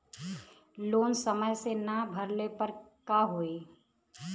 Loan समय से ना भरले पर का होयी?